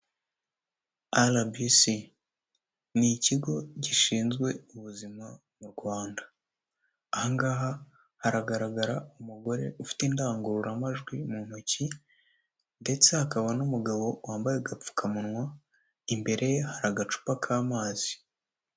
RBC ni Ikigo Gishinzwe Ubuzima mu Rwanda. Aha ngaha haragaragara umugore ufite indangururamajwi mu ntoki ndetse hakaba n'umugabo wambaye agapfukamunwa, imbere ye hari agacupa k'amazi.